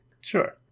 sure